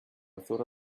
thought